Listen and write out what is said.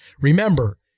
Remember